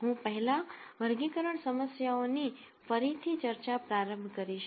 હું પહેલા વર્ગીકરણ સમસ્યાઓ ની ફરીથી ચર્ચા પ્રારંભ કરીશ